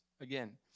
Again